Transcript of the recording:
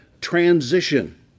transition